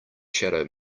shadow